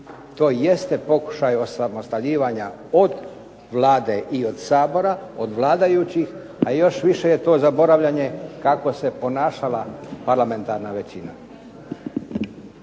To jeste pokušaj osamostaljivanja od Vlade i od Sabora, od vladajućih, a još više je to zaboravljanje kako se ponašala parlamentarna većina.